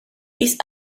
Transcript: east